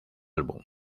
álbum